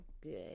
good